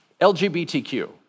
LGBTQ